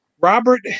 Robert